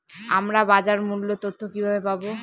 আমরা বাজার মূল্য তথ্য কিবাবে পাবো?